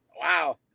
Wow